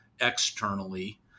externally